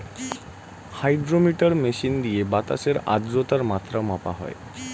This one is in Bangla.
হাইড্রোমিটার মেশিন দিয়ে বাতাসের আদ্রতার মাত্রা মাপা হয়